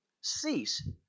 cease